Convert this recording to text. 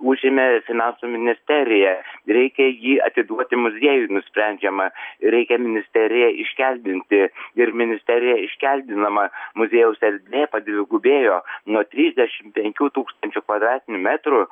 užėmė finansų ministerija reikia jį atiduoti muziejui nusprendžiama reikia ministeriją iškeldinti ir ministerija iškeldinama muziejaus erdvė padvigubėjo nuo trisdešim penkių tūkstančių kvadratinių metrų